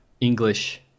English